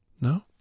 No